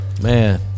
Man